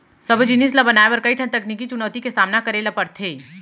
सबो जिनिस ल बनाए बर कइ ठन तकनीकी चुनउती के सामना करे ल परथे